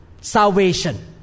Salvation